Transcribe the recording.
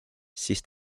siis